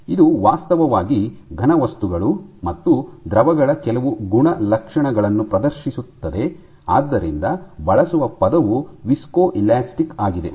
ಇದು ವಾಸ್ತವವಾಗಿ ಘನವಸ್ತುಗಳು ಮತ್ತು ದ್ರವಗಳ ಕೆಲವು ಗುಣಲಕ್ಷಣಗಳನ್ನು ಪ್ರದರ್ಶಿಸುತ್ತದೆ ಆದ್ದರಿಂದ ಬಳಸುವ ಪದವು ವಿಸ್ಕೊಲಾಸ್ಟಿಕ್ ಆಗಿದೆ